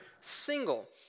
single